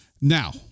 now